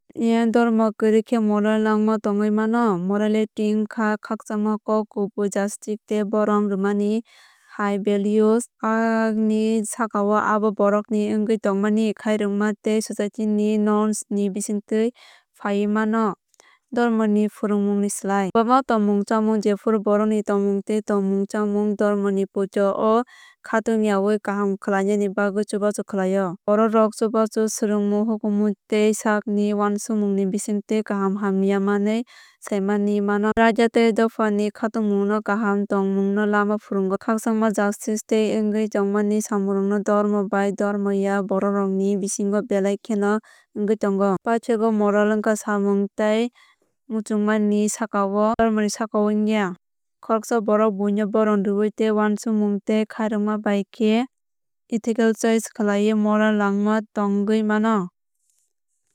Em dhormo kwrwi khe moral langma tongwi mano. Morality wngkha khakchangma kok kubui justice tei borom rwmani hai values ​​ni sakao abo borokni wngwi tongmani khairokma tei society ni norms ni bisingtwi phaiwi mano dhormoni phwrwngmungni slai. Kwbangma tongmung chamung jephru borokni tongmung tei tongmung chamung dhormoni poito o khatungyawi kaham khlainani bagwi chubachu khlaio. Borokrok chubachu swrwngmung hukumu tei sakni uansukmungni bisingtwi kaham hamya hwnwi saimanwi mano. Raida tei dophani khatungmarokbo kaham tongmungno lama phurwgo. khakchangma justice tei wngwi tongmani samungrok dhormo bai dhormo ya borokrokni bisingo belai kheno wngwi tongo. Paithago moral wngkha samung tei muchungma ni sakao dhormo ni sakao wngya. Khoroksa borok buino borom rwwi tei uansukmung tei khairokma bai khe ethical choice khlaiwi moral langma tongwi mano.